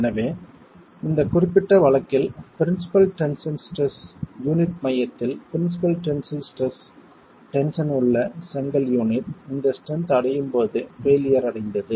எனவே இந்த குறிப்பிட்ட வழக்கில் பிரின்ஸிபல் டென்ஷன் ஸ்ட்ரெஸ் யூனிட் மையத்தில் பிரின்ஸிபல் டென்சில் ஸ்ட்ரெஸ் டென்ஷன் உள்ள செங்கல் யூனிட் இந்த ஸ்ட்ரென்த் அடையும் போது பெயிலியர் அடைந்தது